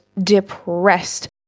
depressed